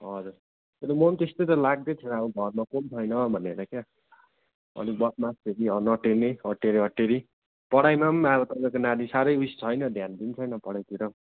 हजुर म नि त्यस्तै त लाग्दै थियो अब घरमा कोही पनि छैन भनेर क्या अनि बदमास फेरि नटेर्ने अटेरी अटेरी पढाइमा पनि अब तपाईँको नानी साह्रै उस छैन ध्यान पनि छैन पढाइतिर